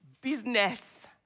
business